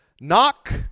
Knock